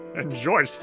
Enjoy